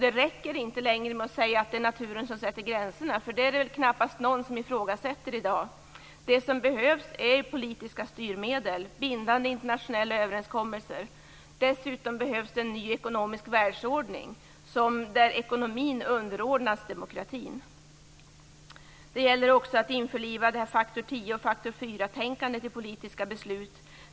Det räcker inte längre med att säga att naturen sätter gränserna. Det är väl knappast någon som ifrågasätter det i dag. Det som behövs är politiska styrmedel och bindande internationella överenskommelser. Dessutom behövs en ny ekonomisk världsordning, där ekonomin underordnas demokratin. Det gäller också att införa faktor-10-tänkandet och faktor-4-tänkandet i politiska beslut.